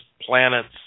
planets